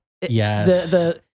Yes